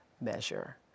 measure